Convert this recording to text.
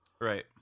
Right